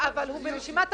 הוא ברשימת המוזמנים.